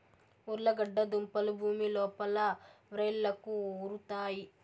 ఉర్లగడ్డ దుంపలు భూమి లోపల వ్రేళ్లకు ఉరుతాయి